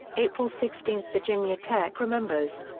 april sixteenth virginia tech remembers.